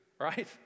right